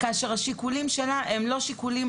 כאשר השיקולים שלה הם לא שיקולים